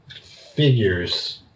figures